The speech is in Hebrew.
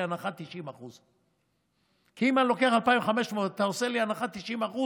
הנחה של 90%. כי אם אני לוקח 2,500 ואתה עושה לי הנחה של 90%,